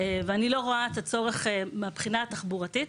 מהבחינה התחבורתית,